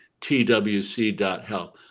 TWC.Health